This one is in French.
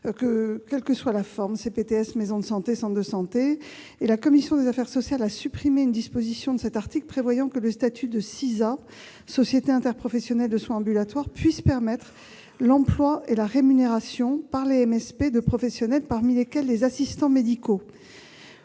quelle que soit sa forme : CPTS, maison de santé pluriprofessionnelle- MSP -, ou centre de santé. La commission des affaires sociales a supprimé une disposition de cet article prévoyant que le statut de société interprofessionnelle de soins ambulatoires, ou SISA, autorise l'emploi et la rémunération par les MSP de professionnels, parmi lesquels les assistants médicaux.